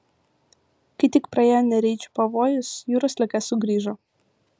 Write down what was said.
kai tik praėjo nereidžių pavojus jūros liga sugrįžo